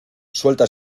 suelta